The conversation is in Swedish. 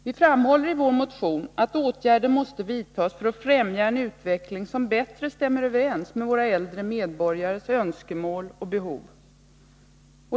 Vi framhåller i vår motion att åtgärder måste vidtas för att främja en utveckling som bättre stämmer överens med våra äldre medborgares önskemål och behov.